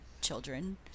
children